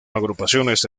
agrupaciones